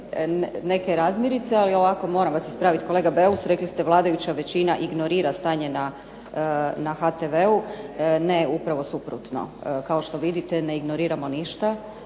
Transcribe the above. neke razmirice, ali moram vas ispraviti kolega Beus, rekli ste vladajuća većina ignorira stanje na HRT-u. Ne, upravo suprotno. Kao što vidite ne ignoriramo ništa,